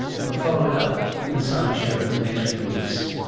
we'll follow it up in the science show in the next few weeks.